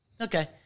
Okay